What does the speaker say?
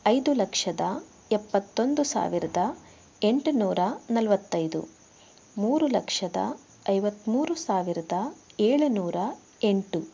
ಐದು ಲಕ್ಷದ ಎಪ್ಪತ್ತೊಂದು ಸಾವಿರದ ಎಂಟು ನೂರ ನಲ್ವತ್ತೈದು ಮೂರು ಲಕ್ಷದ ಐವತ್ತಮೂರು ಸಾವಿರದ ಏಳು ನೂರ ಎಂಟು